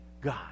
God